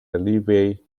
alleviate